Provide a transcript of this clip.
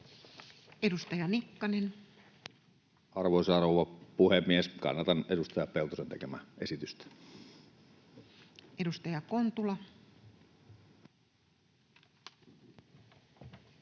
Edustaja Nikkanen. Arvoisa rouva puhemies! Kannatan edustaja Peltosen tekemää esitystä. Edustaja Kontula.